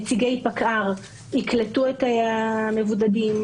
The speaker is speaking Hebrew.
נציגי פקע"ר יקלטו את המבודדים,